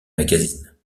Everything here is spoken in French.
magazines